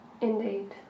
Indeed